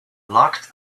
locked